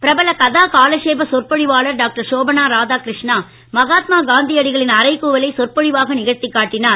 பிரபல கதா காலசேஷப சொற்பொழிவாளர் டாக்டர் ஷோபனா ராதாகிருஷ்ணா மகாத்மா காந்தியடிகளின் அறைகூவலை சொற்பொழிவாக நிகழ்த்திக் காட்டினார்